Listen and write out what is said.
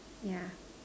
yeah